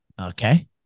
Okay